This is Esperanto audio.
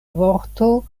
vorto